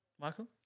Michael